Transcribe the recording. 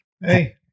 Hey